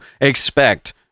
expect